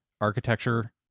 architecture